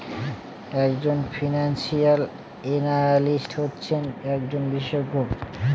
এক জন financial analyst হচ্ছেন একজন বিশেষজ্ঞ